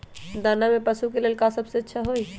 दाना में पशु के ले का सबसे अच्छा होई?